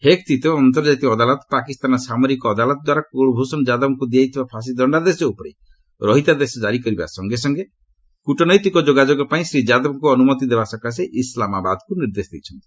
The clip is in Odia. ହେଗ୍ସ୍ଥିତ ଅନ୍ତର୍ଜାତୀୟ ଅଦାଲତ ପାକିସ୍ତାନର ସାମରିକ ଅଦାଲତଦ୍ୱାରା କ୍ଳଭ୍ଷଣ ଯାଦବଙ୍କୁ ଦିଆଯାଇଥିବା ଫାଶୀ ଦଶାଦେଶ ଉପରେ ରହିତାଦେଶ ଜାରି କରିବା ସଙ୍ଗେ ସଙ୍ଗେ କ୍ୱଟନୈତିକ ଯୋଗାଯୋଗପାଇଁ ଶ୍ରୀ ଯାଦବଙ୍କୁ ଅନୁମତି ଦେବା ସକାଶେ ଇସ୍ଲାମାବାଦକୁ ନିର୍ଦ୍ଦେଶ ଦେଇଛନ୍ତି